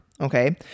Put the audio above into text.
Okay